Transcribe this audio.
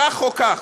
כך או כך.